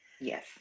Yes